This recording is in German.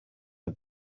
mir